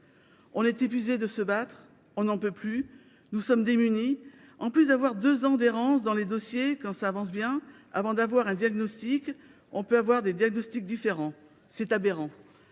On est épuisés de se battre ! On n’en peut plus ! Nous sommes démunis. En plus d’avoir deux ans d’errance dans les dossiers, quand ça avance bien, avant d’avoir un diagnostic, on peut avoir des diagnostics différents. C’est aberrant.